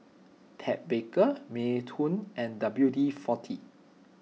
Ted Baker Mini Toons and W D forty